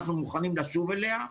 אנחנו מוכנים לשוב אליה.